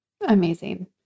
Amazing